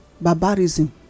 barbarism